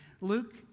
Luke